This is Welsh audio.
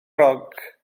roc